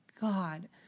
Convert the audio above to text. God